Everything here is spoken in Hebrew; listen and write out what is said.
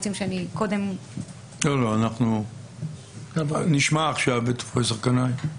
אנחנו נשמע עכשיו את פרופסור קנאי.